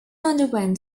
underwent